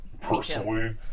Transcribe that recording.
personally